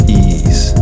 ease